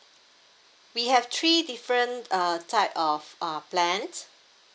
we have three different uh type of uh plans